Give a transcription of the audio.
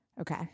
Okay